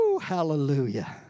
hallelujah